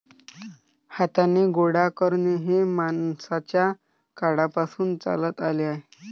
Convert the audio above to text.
हाताने गोळा करणे हे माणसाच्या काळापासून चालत आले आहे